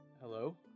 Hello